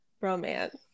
romance